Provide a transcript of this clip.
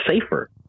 safer